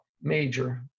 major